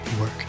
work